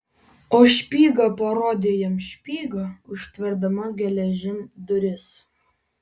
o špyga parodė jam špygą užtverdama geležim duris